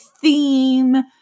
theme